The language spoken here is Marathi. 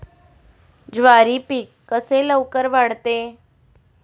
ज्वारी पीक कसे लवकर वाढते?